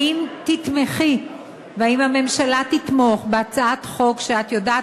האם תתמכי והאם הממשלה תתמוך בהצעת חוק שאת יודעת